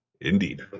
indeed